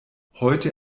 heute